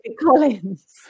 Collins